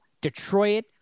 Detroit